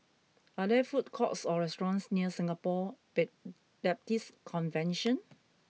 are there food courts or restaurants near Singapore bay Baptist Convention